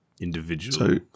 individual